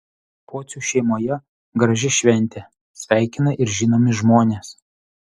pocių šeimoje graži šventė sveikina ir žinomi žmonės